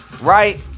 right